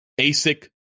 ASIC